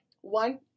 One